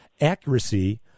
accuracy